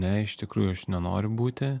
ne iš tikrųjų aš nenoriu būti